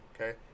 okay